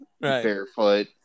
barefoot